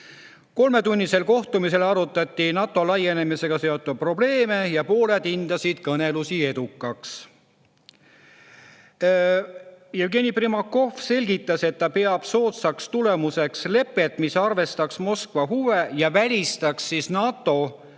Kolmetunnisel kohtumisel arutati NATO laienemisega seotud probleeme, pooled hindasid kõnelused edukaks." Jevgeni Primakov selgitas, et peab soodsaks tulemuseks lepet, mis arvestaks Moskva huve ja välistaks NATO sõjalise